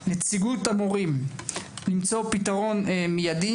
נציגות המורים למצוא פתרון מיידי.